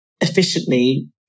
efficiently